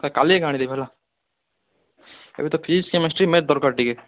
sir କାଲି ଏକା ଆଣିଦେବି ହେଲା ଏବେ ତ ଫିଜିକ୍ସ କେମେଷ୍ଟ୍ରି ମ୍ୟାଥ୍ ଦରକାର ଟିକେ